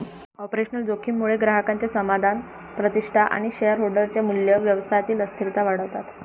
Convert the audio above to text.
operational जोखीम मुळे ग्राहकांचे समाधान, प्रतिष्ठा आणि शेअरहोल्डर चे मूल्य, व्यवसायातील अस्थिरता वाढतात